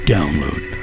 Download